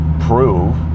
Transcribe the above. prove